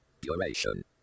Duration